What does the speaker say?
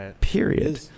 Period